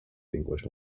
english